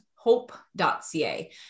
hope.ca